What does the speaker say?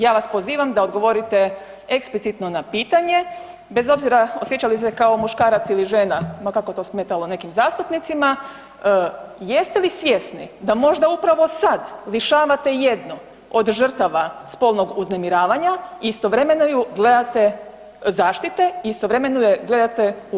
Ja vas pozivam da odgovorite eksplicitno na pitanje bez obzira osjećali se kao muškarac ili žena ma kako to smetalo nekim zastupnicima, jeste li svjesni da možda upravo sad lišavate jedno od žrtava spolnog uznemiravanja i istovremeno ju gledate, zaštite i istovremeno ju gledate u oči?